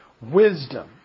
wisdom